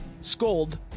scold